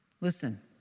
Listen